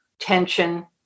tension